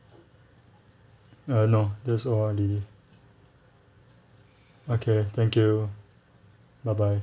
uh no that's all already okay thank you bye bye